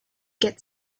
get